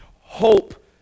hope